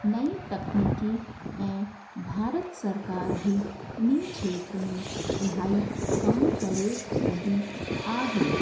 नई तकनीकी ऐं भारत सरकार बि इन खेत्र में इलाही कमु करे रही आहे